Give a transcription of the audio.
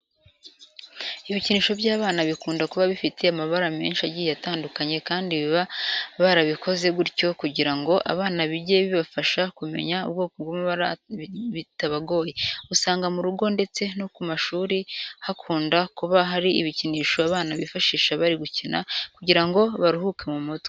Ibikinisho by'abana bikunda kuba bifite amabara menshi agiye atandukanye kandi baba barabikoze gutyo kugira ngo abana bijye bibafasha kumenya ubwoko bw'amabara bitabagoye. Usanga mu rugo ndetse no ku mashuri hakunda kuba hari ibikinisho abana bifashisha bari gukina kugira ngo barukuke mu mutwe.